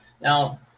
Now